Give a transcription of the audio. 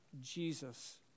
Jesus